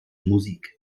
musik